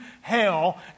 hell